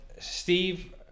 Steve